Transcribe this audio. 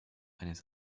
eines